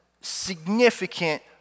significant